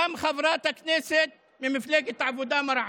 גם חברת הכנסת ממפלגת העבודה מראענה.